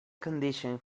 condition